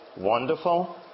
Wonderful